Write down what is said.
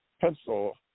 pencil